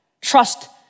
Trust